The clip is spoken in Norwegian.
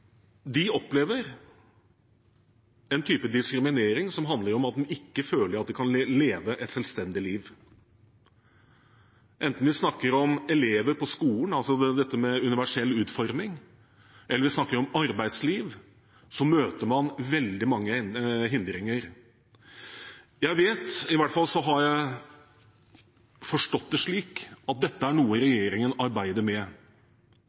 de ikke føler at de kan leve et selvstendig liv. Enten vi snakker om elever på skolen, når det gjelder universell utforming, eller vi snakker om arbeidsliv, møter man veldig mange hindringer. Jeg vet – i hvert fall har jeg forstått det slik – at dette er noe regjeringen arbeider med.